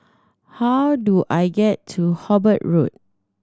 how do I get to Hobart Road